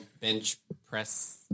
bench-press